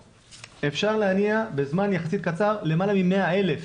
אפשר להניע בזמן יחסית קצר למעלה מ-100,000